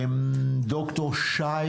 ד"ר שי